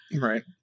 right